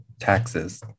taxes